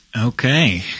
Okay